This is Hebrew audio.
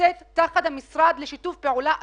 נמצאת תחת המשרד לשיתוף פעולה אזורי.